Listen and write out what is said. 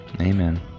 Amen